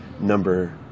number